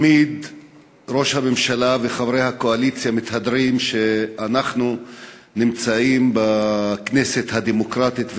תמיד ראש הממשלה וחברי הקואליציה מתהדרים שאנחנו נמצאים בכנסת דמוקרטית,